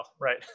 Right